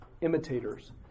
imitators